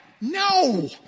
No